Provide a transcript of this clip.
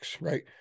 right